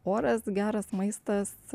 oras geras maistas